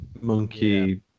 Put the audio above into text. Monkey